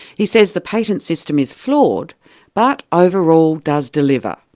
he says the patent system is flawed but, overall, does deliver.